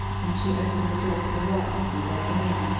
and she opened a door to the right and led them in,